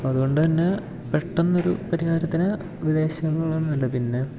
അപ്പം അതുകൊണ്ടുതന്നെ പെട്ടെന്നൊരു പരിഹാരത്തിന് വിദേശങ്ങളാണ് നല്ലത് പിന്നെ